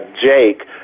Jake